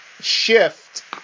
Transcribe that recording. shift